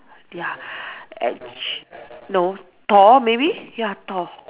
ya and ch~ no Thor maybe ya Thor